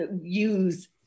use